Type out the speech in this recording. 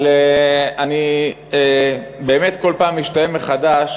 אבל אני באמת כל פעם משתאה מחדש